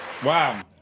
Wow